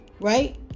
right